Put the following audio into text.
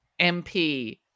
MP